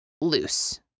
loose